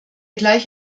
gleich